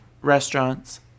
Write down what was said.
restaurants